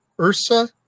Ursa